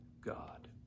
God